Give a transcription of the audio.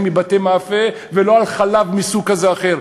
מבתי-מאפה ולא על חלב מסוג כזה או אחר,